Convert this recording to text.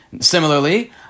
Similarly